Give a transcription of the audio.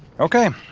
okay,